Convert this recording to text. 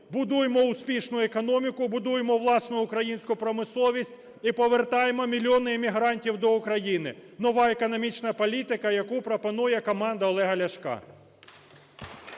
Будуємо успішну економіку, будуємо власну українську промисловість і повертаємо мільйони емігрантів до України. Нова економічна політика, яку пропонує команда Олега Ляшка.